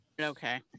Okay